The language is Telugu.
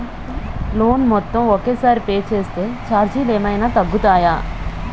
లోన్ మొత్తం ఒకే సారి పే చేస్తే ఛార్జీలు ఏమైనా తగ్గుతాయా?